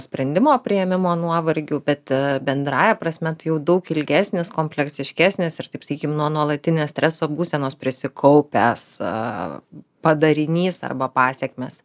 sprendimo priėmimo nuovargių bet bendrąja prasme tai jau daug ilgesnės kompleksiškesnės ir taip sakykim nuo nuolatinės streso būsenos prisikaupęs a padarinys arba pasekmės